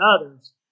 others